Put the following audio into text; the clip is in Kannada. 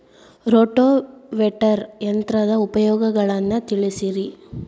ರೋಟೋವೇಟರ್ ಯಂತ್ರದ ಉಪಯೋಗಗಳನ್ನ ತಿಳಿಸಿರಿ